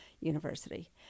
University